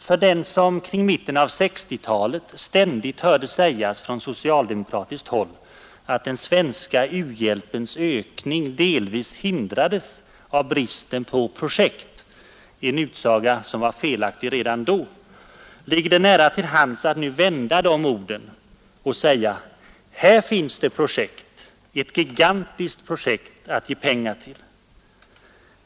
För den som kring mitten av 1960-talet ständigt hörde sägas från socialdemokratiskt håll att den svenska u-hjälpens ökning delvis hindrades av bristen på projekt — en utsaga som var felaktig redan då — ligger det nära till hands att nu vända de orden och säga: Här finns det projekt, ett gigantiskt projekt att ge pengar till!